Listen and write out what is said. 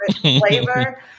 flavor